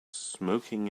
smoking